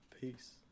Peace